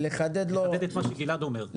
לחדד את מה שגלעד אומר.